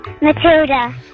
Matilda